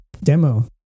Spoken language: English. demo